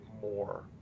more